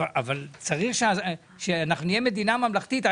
אבל צריך שנהיה מדינה ממלכתית.